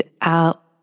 out